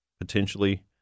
potentially